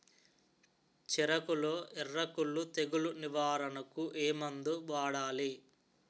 చెఱకులో ఎర్రకుళ్ళు తెగులు నివారణకు ఏ మందు వాడాలి?